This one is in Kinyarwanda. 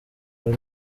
bari